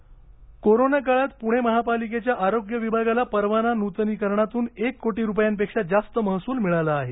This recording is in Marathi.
महसल कोरोनाकाळात पुणे महापालिकेच्या आरोग्य विभागाला परवाना नुतनीकरणातून एक कोटी रुपयांपेक्षा जास्त महसूल मिळाला आहे